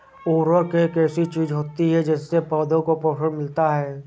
उर्वरक एक ऐसी चीज होती है जिससे पौधों को पोषण मिलता है